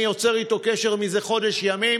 ואני יוצר איתו קשר מזה חודש ימים